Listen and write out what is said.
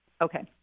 Okay